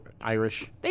Irish